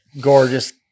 gorgeous